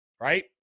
Right